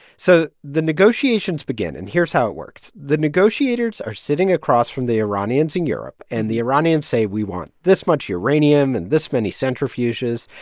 so the negotiations begin, and here's how it works. the negotiators are sitting across from the iranians in europe, and the iranians say, we want this much uranium and this many centrifuges.